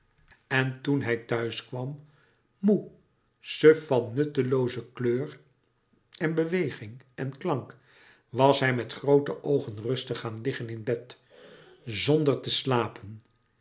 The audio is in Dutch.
en toen hij thuis kwam moê suf van nuttelooze kleur en beweging en klank was hij met groote oogen rustig gaan liggen in bed zonder te slapen